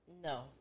No